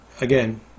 Again